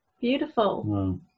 beautiful